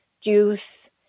juice